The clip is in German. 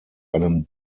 einem